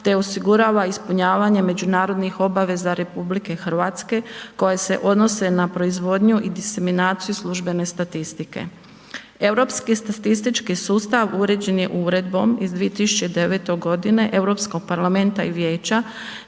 te osigurava ispunjavanje međunarodnih obaveza RH koje se odnose na proizvodnju i diseminaciju službene statistike. Europski statistički sustav uređen je Uredbom iz 2009. godine Europskog parlamenta i Vijeća